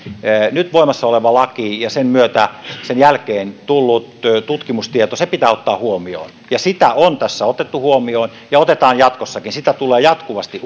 nyt voimassa oleva laki ja sen jälkeen tullut tutkimustieto pitää ottaa huomioon sitä on tässä otettu huomioon ja otetaan jatkossakin sitä tulee jatkuvasti